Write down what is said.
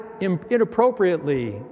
inappropriately